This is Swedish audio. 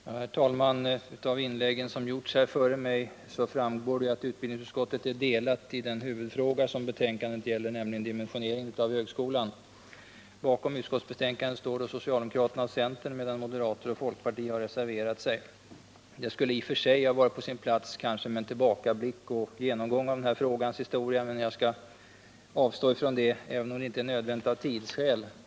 Herr talman! Av inläggen som gjorts här tidigare i dag framgår det att utbildningsutskottet är delat i den huvudfråga som betänkandet gäller, nämligen dimensioneringen av högskolan. Bakom utskottsbetänkandet står socialdemokraterna och centern, medan moderater och folkpartister har reserverat sig. Det skulle i och för sig kanske ha varit på sin plats med en tillbakablick och genomgång av denna frågas historia. Jag skall emellertid avstå från detta, även om det inte är nödvändigt av tidsskäl.